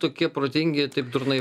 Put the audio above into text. tokie protingi taip durnai